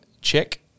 Check